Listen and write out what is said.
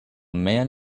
man